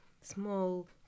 small